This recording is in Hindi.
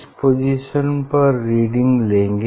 इस पोजीशन पर रीडिंग लेंगे